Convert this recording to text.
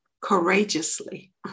courageously